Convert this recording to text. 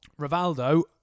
Rivaldo